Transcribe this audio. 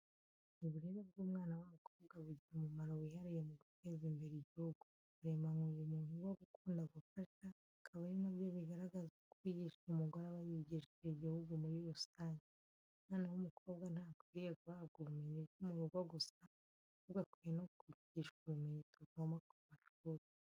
Uburere bw’umwana w’umukobwa bugira umumaro wihariye mu guteza imbere igihugu, baremanywe ubumuntu bwo gukunda gufasha akaba ari na byo bigaragaza ko uwigishije umugore aba yigishije igihugu muri rusange. Umwana w’umukobwa ntakwiriye guhabwa ubumenyi bwo mu rugo gusa ahubwo akwiye no kwigishwa ubumenyi tuvoma ku mashuri.